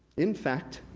in fact,